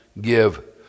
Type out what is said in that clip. give